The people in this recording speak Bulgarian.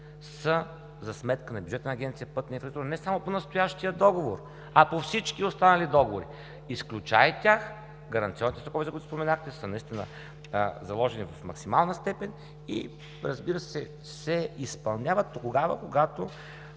са за сметка на бюджета на Агенция „Пътна инфраструктура“ не само по настоящия договор, а по всички останали договори. Изключая тях, гаранционните срокове, които споменахте, са наистина заложени в максимална степен и, разбира се, се изпълняват тогава, когато